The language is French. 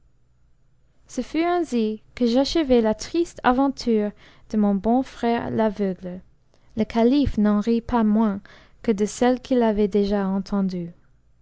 ce fut ainsi que j'achevai la triste aventure de mon bon frère l'aveugle le calife n'en rit pas moins que de celles qu'il avait déjà entendues